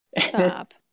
Stop